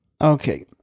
Okay